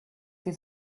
die